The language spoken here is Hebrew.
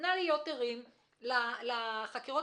הוא בהחלט נושא עניין שלנו והסתכלנו עם המשרד